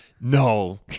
No